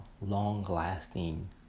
long-lasting